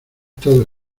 estado